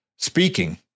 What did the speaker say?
speaking